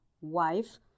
wife